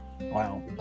Wow